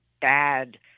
bad